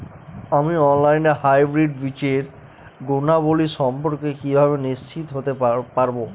আমি অনলাইনে হাইব্রিড বীজের গুণাবলী সম্পর্কে কিভাবে নিশ্চিত হতে পারব?